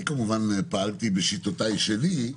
אני כמובן פעלתי בשיטותיי שלי,